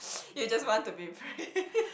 you just want to be praised